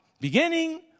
beginning